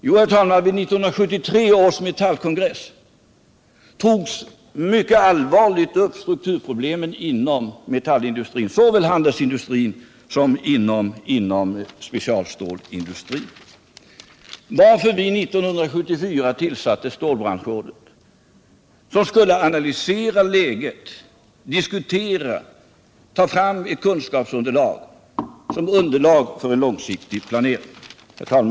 Vid 1973 års metallkongress togs strukturproblemen upp mycket allvarligt inom metallindustrin, såväl handelsstålindustrin som specialstålindustrin, varpå vi 1974 tillsatte stålbranschrådet, som skulle analysera läget, diskutera och ta fram ett kunskapsunderlag för en långsiktig planering. Herr talman!